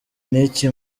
n’iki